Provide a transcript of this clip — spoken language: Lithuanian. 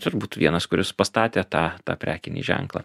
turbūt vienas kuris pastatė tą tą prekinį ženklą